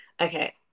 Okay